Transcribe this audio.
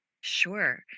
Sure